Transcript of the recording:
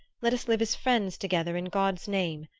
let us live as friends together, in god's name!